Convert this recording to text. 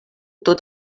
tot